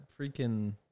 freaking